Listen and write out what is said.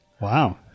Wow